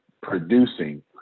producing